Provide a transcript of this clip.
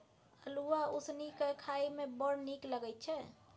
अल्हुआ उसनि कए खाए मे बड़ नीक लगैत छै